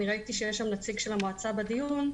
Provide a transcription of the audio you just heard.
אני ראיתי שיש שם נציג של המועצה בדיון,